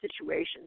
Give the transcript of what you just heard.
situations